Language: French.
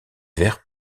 vert